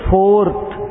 Fourth